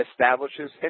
establishes